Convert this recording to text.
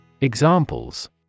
Examples